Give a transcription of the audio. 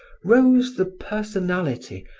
rose the personality,